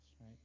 right